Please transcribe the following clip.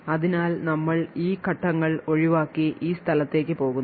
അതിനാൽ നമ്മൾ ഈ ഘട്ടങ്ങൾ ഒഴിവാക്കി ഈ സ്ഥലത്തേക്ക് പോകുന്നു